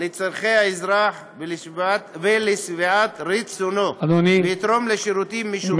לצורכי האזרח ושביעות רצונו ויתרום לשירותים משופרים,